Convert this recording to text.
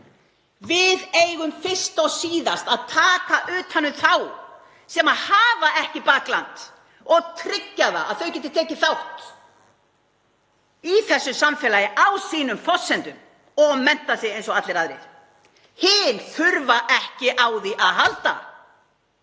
Við eigum fyrst og síðast að taka utan um þau sem hafa ekki bakland og tryggja að þau geti tekið þátt í þessu samfélagi á sínum forsendum og menntað sig eins og allir aðrir. Hin þurfa ekki á því að halda.